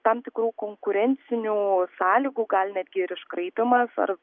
tam tikrų konkurencinių sąlygų gal netgi ir iškraipymas ar